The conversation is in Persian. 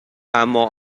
اما